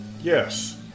Yes